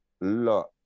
lot